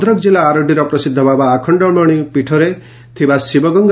ଭଦ୍ରକ ଜିଲ୍ଲା ଆରଡିର ପ୍ରସିଦ୍ଧ ବାବା ଆଖଖଳମଶି ପୀଠରେ ଥିବା ଶିବଗଙ୍ଗ